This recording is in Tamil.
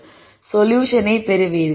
அடிப்படையில் நீங்கள் சொல்யூஷனை பெறுவீர்கள்